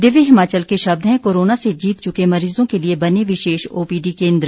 दिव्य हिमाचल के शब्द हैं कोरोना से जीत चुके मरीजों के लिए बनें विशेष ओपीडी केंद्र